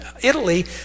Italy